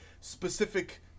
specific